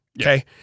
Okay